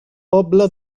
pobla